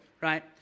right